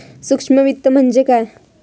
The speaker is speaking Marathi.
सूक्ष्म वित्त म्हणजे काय?